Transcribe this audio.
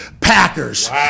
Packers